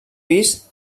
pis